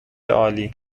عالی